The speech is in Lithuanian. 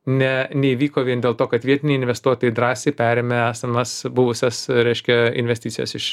ne neįvyko vien dėl to kad vietiniai investuotojai drąsiai perėmė esamas buvusias reiškia investicijas iš